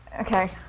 Okay